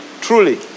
truly